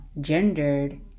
gendered